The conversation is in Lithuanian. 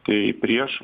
tai prieš